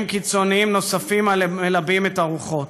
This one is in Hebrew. קיצוניים נוספים המלבים את הרוחות.